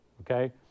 Okay